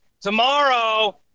tomorrow